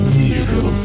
evil